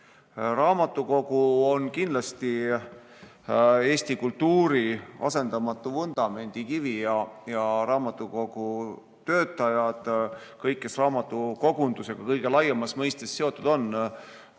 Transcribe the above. Raamatukogu on kindlasti Eesti kultuuri asendamatu vundamendikivi ja raamatukogutöötajad, kõik, kes raamatukogundusega kõige laiemas mõistes seotud on,